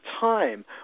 time